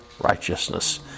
righteousness